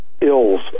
ills